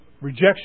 rejection